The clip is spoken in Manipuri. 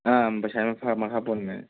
ꯑꯥ ꯄꯩꯁꯥ ꯃꯈꯥ ꯄꯣꯟꯒꯅꯤ